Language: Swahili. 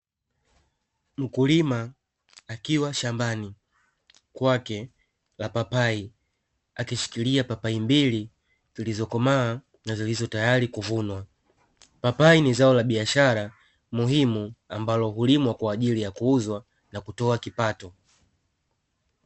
Mkulima akiwa shambani kwake na papai, akishikilia papai mbili zilizokomaa na zilizo tayari kuvunwa. Papai ni zao la biashara muhimu ambalo hulimwa kwa ajili ya kuuzwa na kutoa kipato.